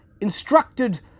instructed